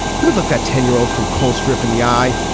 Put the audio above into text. he was look that ten year old from colstrip in the eye.